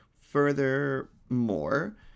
Furthermore